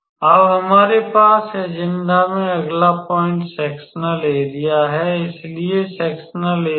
अब हमारे पास एजेंडा में अगला पॉइंट सेक्सनल एरिया है इसलिए सेक्सनल एरिया